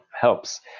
helps